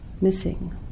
missing